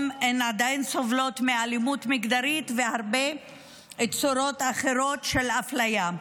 וגם הן עדיין סובלות מאלימות מגדרית והרבה צורות אחרות של אפליה.